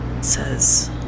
says